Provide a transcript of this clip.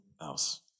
else